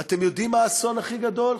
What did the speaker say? ואתם יודעים מה האסון הכי גדול?